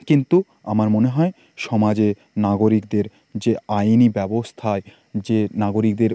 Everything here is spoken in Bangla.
কিন্তু আমার মনে হয় সমাজে নাগরিকদের যে আইনি ব্যবস্থায় যে নাগরিকদের